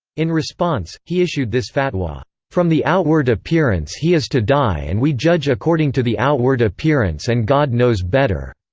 in response, he issued this fatwa from the outward appearance he is to die and we judge according to the outward appearance and god knows better.